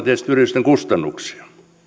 tietysti yritysten kustannuksia